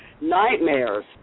Nightmares